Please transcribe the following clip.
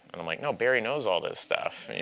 and i'm like, no, barry knows all this stuff, you